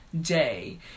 day